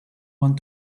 want